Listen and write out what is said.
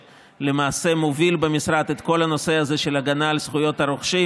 שלמעשה מוביל במשרד את כל הנושא של הגנה על זכויות הרוכשים,